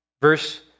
Verse